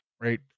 right